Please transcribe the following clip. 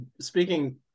speaking